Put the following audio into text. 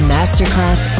Masterclass